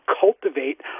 cultivate